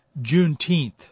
Juneteenth